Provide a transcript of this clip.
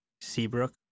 Seabrook